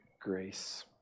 grace